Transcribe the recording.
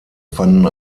fanden